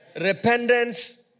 repentance